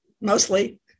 mostly